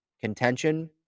contention